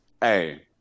hey